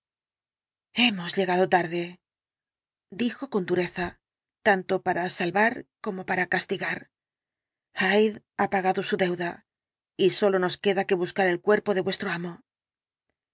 hemos llegado tarde dijo con dureza tanto para salvar como para castigar hyde ha pagado su deuda y sólo nos queda que buscar el cuerpo de vuestro amo